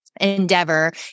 endeavor